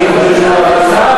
הוא עלה להשיב,